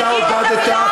תודה רבה לך.